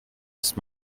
ist